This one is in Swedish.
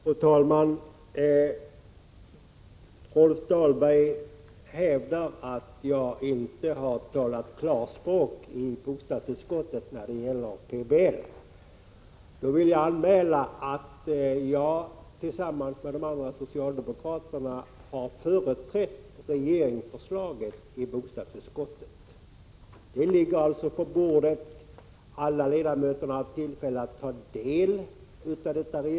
Fru talman! Rolf Dahlberg hävdar att jag inte har talat klarspråk i bostadsutskottet när det gäller PBL. Jag vill därför anmäla att jag tillsammans med de andra socialdemokraterna i bostadsutskottet har företrätt regeringsförslaget. Detta förslag ligger alltså på bordet. Alla ledamöter har haft tillfälle att ta del av det.